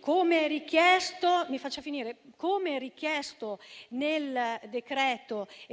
come richiesto nel decreto-legge -